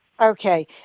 Okay